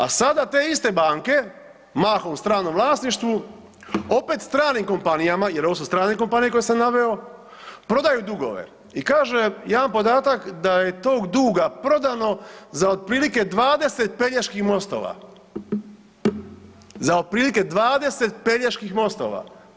A sada te iste banke mahom u stranom vlasništvu opet stranim kompanijama, jer ovo su strane kompanije koje sam naveo, prodaju dugove i kaže jedan podatak da je tog duga prodano za otprilike 20 Peljeških mostova, za otprilike 20 Peljeških mostova.